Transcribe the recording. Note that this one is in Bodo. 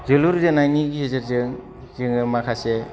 जोलुर जोनायनि गेजेरजों जोङो माखासे